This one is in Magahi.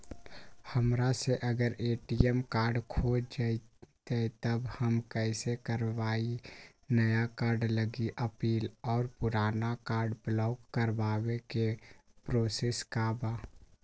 हमरा से अगर ए.टी.एम कार्ड खो जतई तब हम कईसे करवाई नया कार्ड लागी अपील और पुराना कार्ड ब्लॉक करावे के प्रोसेस का बा?